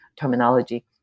terminology